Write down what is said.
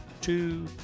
Two